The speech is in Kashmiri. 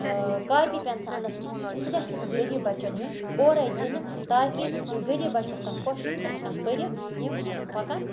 ٲں کاپی پٮ۪نسَل اَنَنس سُمَ سُہ گَژھہِ یِمَن غریب بَچَن یُن اورے دِنہٕ تاکہِ یِم غریب بَچہِ گَژھَن خۄش یِم تہِ ہیٚکَن پٔرِتھ یِم پَکَن